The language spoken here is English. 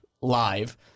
live